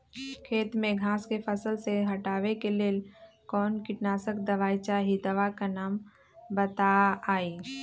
खेत में घास के फसल से हटावे के लेल कौन किटनाशक दवाई चाहि दवा का नाम बताआई?